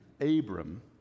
Abram